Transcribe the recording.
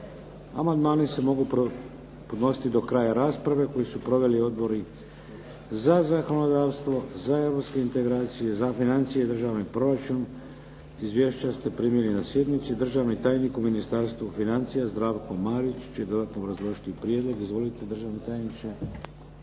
Amandmani se mogu podnositi do kraja rasprave koju su proveli Odbori za zakonodavstvo, za europske integracije, za financije i državni proračun. Izvješća ste primili na sjednici. Državni tajnik u Ministarstvu financija, Zdravko Marić će dodatno obrazložiti prijedlog. Izvolite državni tajniče.